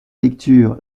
lecture